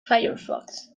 firefox